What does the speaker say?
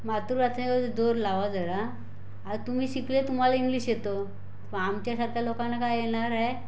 मातृभाषेवर जोर लावा जरा आ तुम्ही शिकले तुम्हाला इंग्लिश येतं पण आमच्यासारख्या लोकांना काय येणार आहे